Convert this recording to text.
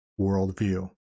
Worldview